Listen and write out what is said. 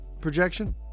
projection